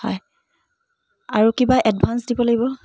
হয় আৰু কিবা এডভাঞ্চ দিব লাগিব